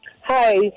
Hi